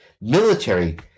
military